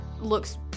looks